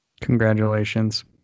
Congratulations